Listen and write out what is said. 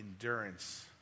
endurance